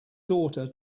daughter